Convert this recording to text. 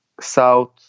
South